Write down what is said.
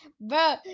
Bro